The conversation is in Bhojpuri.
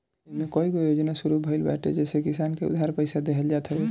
इमे कईगो योजना शुरू भइल बाटे जेसे किसान के उधार पईसा देहल जात हवे